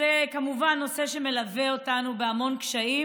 זה כמובן נושא שמלווה אותנו בהמון קשיים,